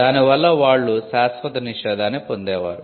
దాని వల్ల వాళ్ళు శాశ్వత నిషేధాన్ని పొందేవారు